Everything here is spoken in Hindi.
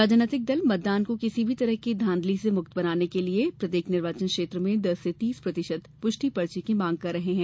राजनीतिक दल मतदान को किसी भी तरह की धांधली से मुक्त बनाने के लिए प्रत्येक निर्वाचन क्षेत्र में दस से तीस प्रतिशत पुष्टि पर्ची की मांग कर रहे हैं